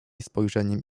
spojrzeniem